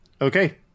Okay